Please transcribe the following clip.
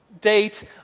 Date